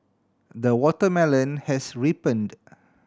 the watermelon has ripened